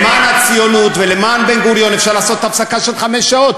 למען הציונות ולמען בן-גוריון אפשר לעשות הפסקה של חמש שעות.